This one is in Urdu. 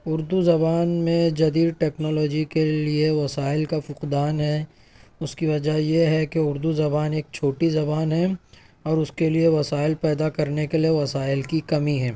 اردو زبان میں جدید ٹیکنالوجی کے لئے وسائل کا فقدان ہے اس کی وجہ یہ ہے کہ اردو زبان ایک چھوٹی زبان ہے اور اس کے لئے وسایل پیدا کرنے کے لئے وسایل کی کمی ہیں